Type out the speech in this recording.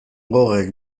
goghek